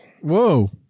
Whoa